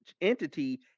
entity